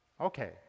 Okay